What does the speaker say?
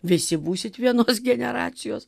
visi būsit vienos generacijos